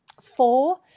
four